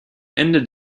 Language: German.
ende